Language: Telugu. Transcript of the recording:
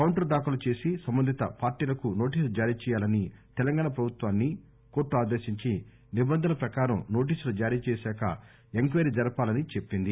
కొంటర్ దాఖలు చేసి సంబంధిత పార్టీలకు నోటీసులు జారీ చేయాలని ప్రభుత్వాన్ని కోర్టు ఆదేశించి నిబంధనల ప్రకారం నోటీసులు జారీ చేశాక ఎంక్వయిరీ జరపాలని చెప్పింది